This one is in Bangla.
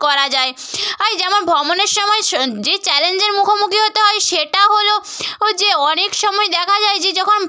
করা যায় আর যেমন ভ্রমণের সময় যে চ্যালেঞ্জের মুখোমুখি হতে হয় সেটা হলো ও যে অনেক সময় দেখা যায় যে যখন